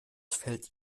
fällt